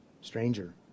Stranger